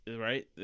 right